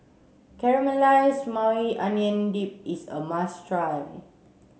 Caramelized Maui Onion Dip is a must try